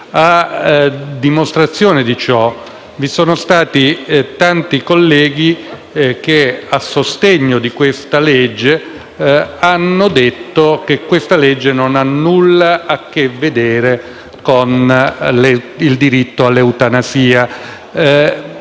A dimostrazione di ciò vi sono stati tanti colleghi che, a sostegno del disegno di legge in esame, hanno detto che non ha nulla a che vedere con il diritto all'eutanasia.